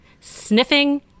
sniffing